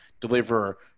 deliver